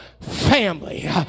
family